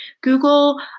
Google